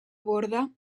borda